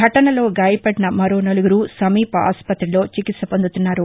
ఘటనలో గాయపడిన మరోనలుగురు సమీప ఆస్పతిలో చికిత్స పొందుతున్నారు